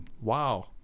Wow